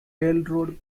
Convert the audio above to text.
railroad